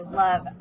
love